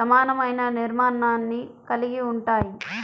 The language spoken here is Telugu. సమానమైన నిర్మాణాన్ని కలిగి ఉంటాయి